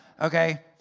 Okay